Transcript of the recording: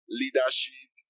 leadership